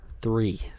three